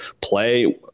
play